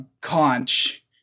conch